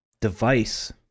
device